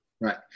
Right